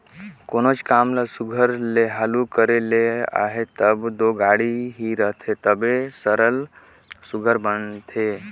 कोनोच काम ल सुग्घर ले हालु करे ले अहे तब दो गाड़ी ही रहथे तबे सरलग सुघर बनथे